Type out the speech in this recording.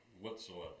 whatsoever